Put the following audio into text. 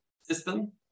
system